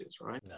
right